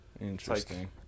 interesting